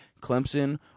Clemson